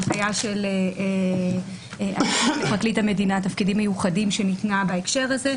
את ההנחיה של המשנה לפרקליט המדינה תפקידים מיוחדים שניתנה בהקשר הזה,